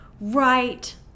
Right